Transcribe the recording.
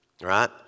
Right